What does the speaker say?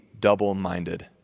double-minded